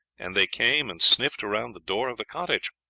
and they came and sniffed around the door of the cottage.